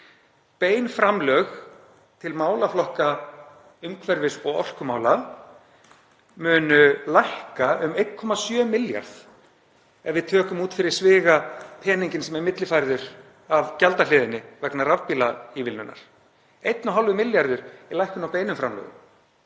Bein framlög til málaflokka umhverfis- og orkumála munu lækka um 1,7 milljarða ef við tökum út fyrir sviga peninginn sem er millifærður af gjaldahliðinni vegna rafbílaívilnunar, 1,5 milljarða lækkun á beinum framlögum.